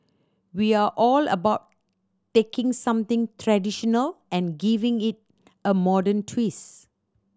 we are all about taking something traditional and giving it a modern twist